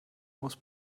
muss